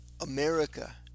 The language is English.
America